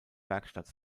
werkstatt